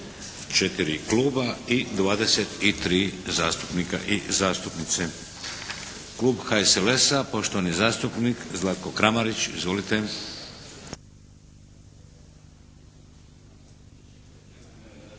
zastupnika i zastupnice. Klub HSLS-a poštovani zastupnik Zlatko Kramarić. Izvolite.